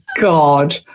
god